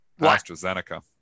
AstraZeneca